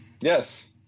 Yes